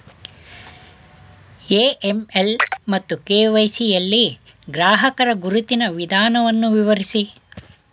AML ಮತ್ತು KYC ಯಲ್ಲಿ ಗ್ರಾಹಕರ ಗುರುತಿನ ವಿಧಾನವನ್ನು ವಿವರಿಸಿ?